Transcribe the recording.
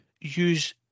use